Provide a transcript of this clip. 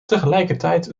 tegelijkertijd